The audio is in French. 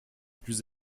plus